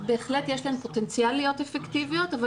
בהחלט יש להן פוטנציאל להיות אפקטיביות אבל